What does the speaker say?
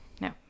No